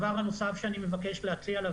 נושא נוסף: